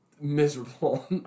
miserable